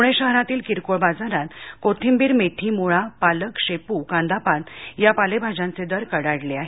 पुणे शहरातील किरकोळ बाजारात कोथिंबीर मेथी मुळा पालक शेपू कांदापात या पालेभाज्यांचे दर कडाडले आहेत